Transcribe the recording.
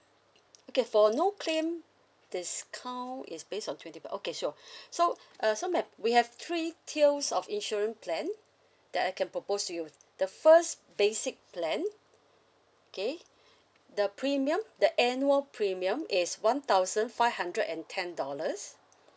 okay for no claim discount is based on twenty per~ okay sure so uh so madam we have three tiers of insurance plan that I can propose to you with the first basic plan okay the premium the annual premium is one thousand five hundred and ten dollars